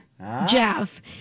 Jeff